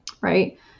right